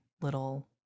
little